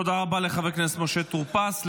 תודה רבה לחבר הכנסת משה טור פז.